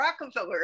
Rockefeller